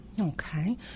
Okay